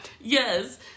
yes